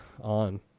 on